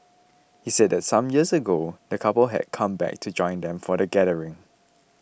he said that some years ago the couple had come back to join them for the gathering